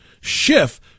Schiff